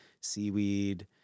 seaweed